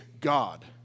God